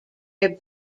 their